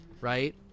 Right